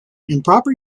improper